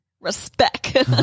Respect